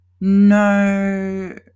No